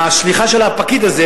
על שליחת הפקיד הזה,